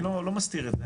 אני לא מסתיר את זה,